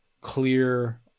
clear